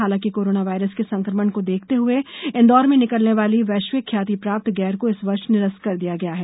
हालांकि corona virus के संकमण को देखते हुए इंदौर में निकलने वाली वैष्विक ख्याति प्राप्त गेर को इस वर्ष निरस्त कर दिया गया है